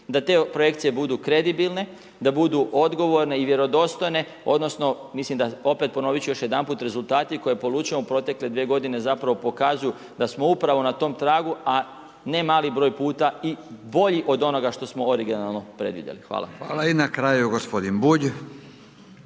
da te projekcije budu kredibilne, da budu odgovorne i vjerodostojne, odnosno mislim da opet, ponovit ću još jedanput, rezultati koje polučujemo u protekle dvije godine zapravo pokazuju da smo upravo na tom tragu, a ne mali broj puta i bolji od onoga što smo originalno predvidjeli. Hvala. **Radin, Furio